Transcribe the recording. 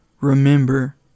remember